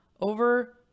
Over